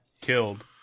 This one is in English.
killed